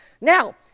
Now